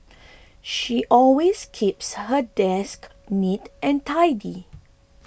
she always keeps her desk neat and tidy